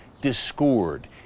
discord